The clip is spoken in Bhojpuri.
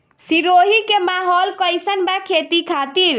सिरोही के माहौल कईसन बा खेती खातिर?